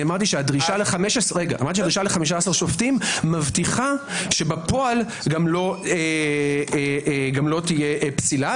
אמרתי שהדרישה ל-15 שופטים מבטיחה שבפועל גם לא תהיה פסילה.